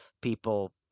people